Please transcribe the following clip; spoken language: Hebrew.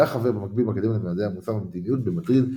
במקביל באקדמיה למדעי המוסר והמדיניות במדריד.